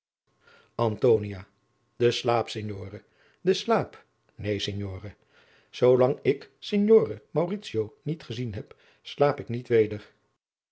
de slaap signore de slaap neen signore zoolang ik signore mauritio niet gezien heb slaap ik niet weder